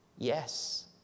Yes